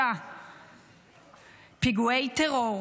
פיגועי טרור